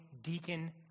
deacon